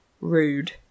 Rude